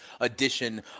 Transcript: edition